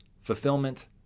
fulfillment